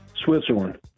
Switzerland